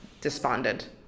despondent